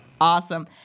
Awesome